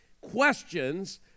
questions